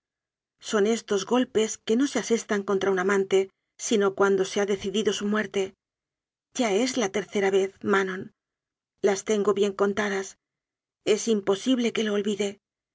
son éstos golpes que no se asestan contra un amante sino cuando se ha decidido su muerte ya es la tercera vez manon las tengo bien contadas es imposible que lo olvide